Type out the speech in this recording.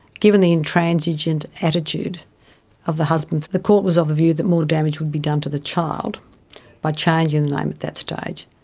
given the intransigent attitude of the husband, the court was of the view that more damage would be done to the child by changing the name at that stage,